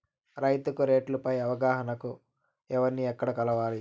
రైతుకు రేట్లు పై అవగాహనకు ఎవర్ని ఎక్కడ కలవాలి?